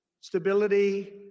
stability